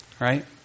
right